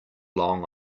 long